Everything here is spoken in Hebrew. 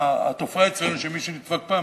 התופעה אצלנו היא שמי שנדפק פעם,